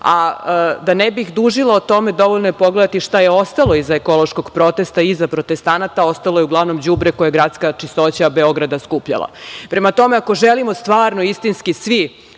Da ne bih dužila o tome, dovoljno je pogledati šta je ostalo iza ekološkog protesta iza protestanata. Ostalo je uglavnom đubre koje je „Gradska čistoća“ Beograda skupljala. Prema tome, ako želimo stvarno i istinski svi,